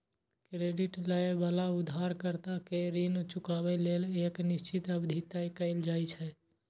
credit लए बला उधारकर्ता कें ऋण चुकाबै लेल एक निश्चित अवधि तय कैल जाइ छै